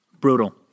brutal